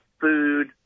food